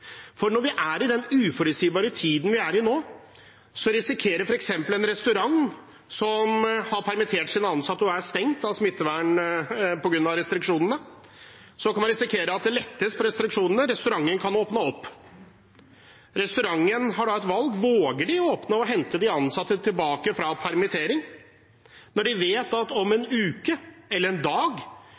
Når vi er i den uforutsigbare tiden vi er i nå, risikerer f.eks. en restaurant som har permittert sine ansatte og er stengt på grunn av restriksjonene, at det lettes på restriksjonene, og at restauranten kan åpne. Restauranten har da et valg: Våger de å åpne og hente de ansatte tilbake fra permittering når de vet at det om en uke eller en dag